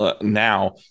now